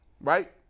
right